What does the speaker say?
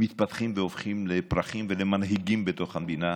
מתפתחים והופכים לפרחים ולמנהיגים בתוך המדינה,